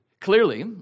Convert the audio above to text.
Clearly